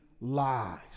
lies